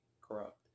corrupt